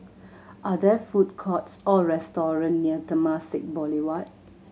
are there food courts or restaurant near Temasek Boulevard